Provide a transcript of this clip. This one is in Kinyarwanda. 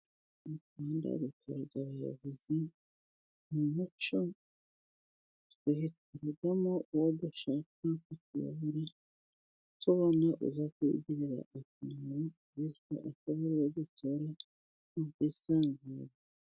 Mu Rwanda abaturage batora abayobozi mu muco. bahitamo uwobashaka kubayobora tubona uza bahagararira bityo akagutora mu bwisanzure.